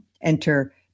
enter